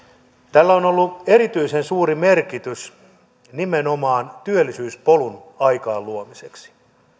tällä on ollut erityisen suuri merkitys nimenomaan työllisyyspolun luomiseksi